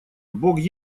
бог